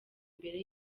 mbere